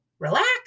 relax